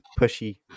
pushy